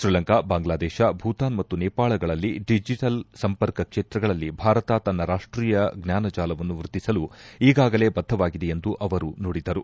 ಶ್ರೀಲಂಕಾ ಬಾಂಗ್ಲಾದೇಶ ಭೂತಾನ್ ಮತ್ತು ನೇಪಾಳಗಳಲ್ಲಿ ಡಿಜಿಟಲ್ ಸಂಪರ್ಕ ಕ್ಷೇತ್ರಗಳಲ್ಲಿ ಭಾರತ ತನ್ನ ರಾಷ್ಟೀಯ ಜ್ವಾನ ಜಾಲವನ್ನು ವೃದ್ಧಿಸಲು ಈಗಾಗಲೇ ಬದ್ಧವಾಗಿದೆ ಎಂದು ಅವರು ನುಡಿದರು